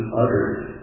uttered